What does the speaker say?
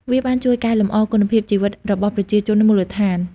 វាបានជួយកែលម្អគុណភាពជីវិតរបស់ប្រជាជនមូលដ្ឋាន។